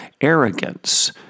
arrogance